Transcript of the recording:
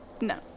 no